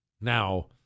Now